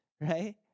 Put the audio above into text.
Right